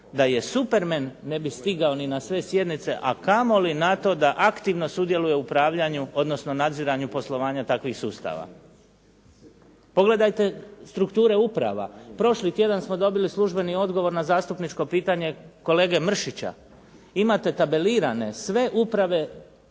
Da je Supermen ne bi stigao ni na sve sjednice, a kamo li na to da aktivno sudjeluje u upravljanju, odnosno nadziranju poslovanja takvih sustava. Pogledajte strukture uprava. Prošli tjedan smo dobili službeni odgovor na zastupničko pitanje kolege Mršića. Imate tabelirane sve uprave